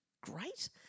great